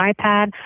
iPad